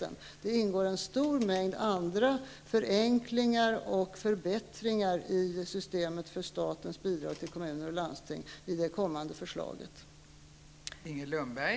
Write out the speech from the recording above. Dessutom ingår i det kommande förslaget en stor mängd andra förenklingar och förbättringar i systemet för statens bidrag till kommuner och landsting.